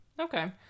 Okay